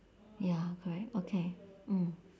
ya correct okay mm